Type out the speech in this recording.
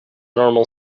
normal